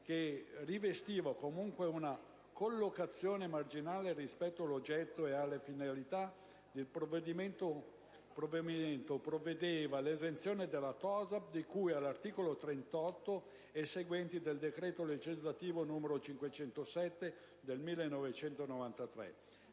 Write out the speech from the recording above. che rivestiva comunque una collocazione marginale rispetto all'oggetto e alle finalità del provvedimento, prevedeva l'esenzione dalla TOSAP, di cui all'articolo 38 e seguenti del decreto legislativo n. 507 del 1993,